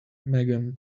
megan